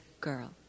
girl